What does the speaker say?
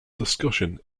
discussion